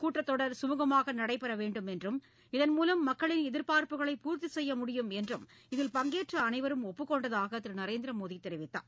கூட்டத் தொடர் சுமூகமாக நடைபெற வேண்டும் என்றும் இதன்மூலம் மக்களின் எதிர்பார்ப்புகளை பூர்த்தி செய்ய முடியும் என்றும் இதில் பங்கேற்ற அனைவரும் ஒப்புக் கொண்டதாக திரு நரேந்திர மோடி தெரிவித்தார்